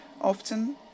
Often